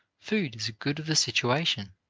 food is a good of the situation